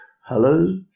hello